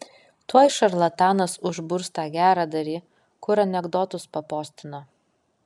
tuoj šarlatanas užburs tą geradarį kur anekdotus papostino